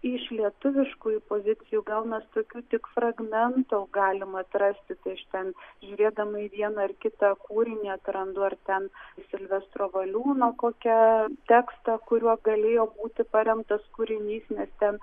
iš lietuviškųjų pozicijų gal mes tokių tik fragmentų galima atrasti tai aš ten žiūrėdama į vieną ar kitą kūrinį atrandu ar ten silvestro valiūno kokią tekstą kuriuo galėjo būti paremtas kūrinys nes ten